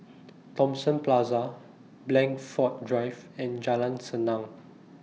Thomson Plaza Blandford Drive and Jalan Senang